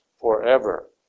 forever